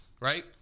right